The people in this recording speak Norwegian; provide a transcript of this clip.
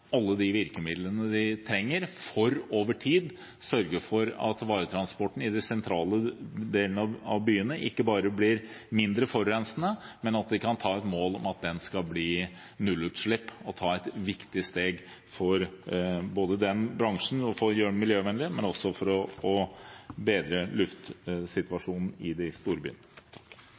alle de virkemidlene de trenger for over tid å sørge for at varetransporten i de sentrale delene av byene ikke bare blir mindre forurensende, men også at vi kan ha et mål om nullutslipp. Det er et viktig steg for både å gjøre den bransjen miljøvennlig og også for å bedre luftsituasjonen i de store byene.